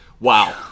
Wow